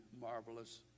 marvelous